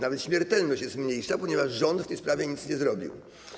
Nawet śmiertelność jest mniejsza, ponieważ rząd w tej sprawie nic nie zrobił.